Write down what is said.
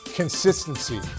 Consistency